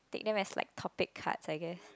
take them as like top take cards I guess